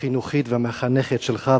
החינוכית והמחנכת שלך,